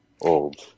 old